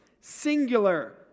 singular